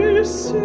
this